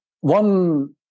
one